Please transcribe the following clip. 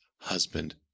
husband